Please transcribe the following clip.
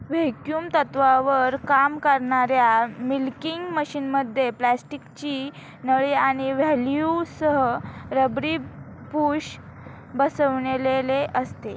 vacuum तत्त्वावर काम करणाऱ्या मिल्किंग मशिनमध्ये प्लास्टिकची नळी आणि व्हॉल्व्हसह रबरी बुश बसविलेले असते